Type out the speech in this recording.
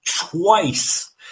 twice